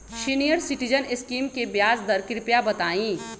senior citizen scheme के ब्याज दर कृपया बताईं